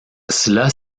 cela